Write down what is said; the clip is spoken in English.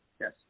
Yes